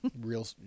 real